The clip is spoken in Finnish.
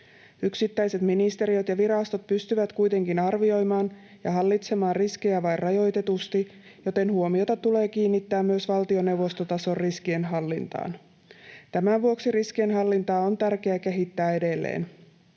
Yksittäiset ministeriöt ja virastot pystyvät kuitenkin arvioimaan ja hallitsemaan riskejä vain rajoitetusti, joten huomiota tulee kiinnittää myös valtioneuvostotason riskienhallintaan. Tämän vuoksi riskienhallintaa on tärkeää kehittää edelleen.